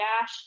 Dash